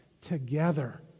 together